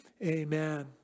Amen